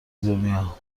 دنیا